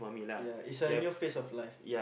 ya is a new phase of life